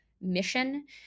mission